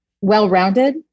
well-rounded